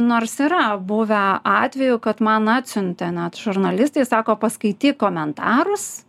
nors yra buvę atvejų kad man atsiuntė net žurnalistai sako paskaityk komentarus